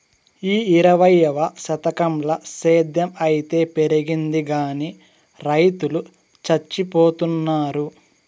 ఈ ఇరవైవ శతకంల సేద్ధం అయితే పెరిగింది గానీ రైతులు చచ్చిపోతున్నారు